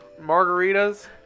margaritas